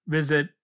visit